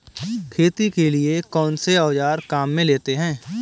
खेती के लिए कौनसे औज़ार काम में लेते हैं?